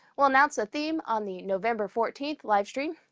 we'll announce a theme on the november fourteenth livestream.